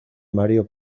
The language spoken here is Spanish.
mario